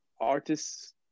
artists